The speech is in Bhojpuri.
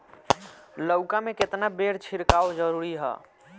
लउका में केतना बेर छिड़काव जरूरी ह?